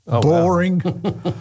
Boring